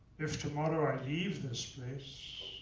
if tomorrow leave this place,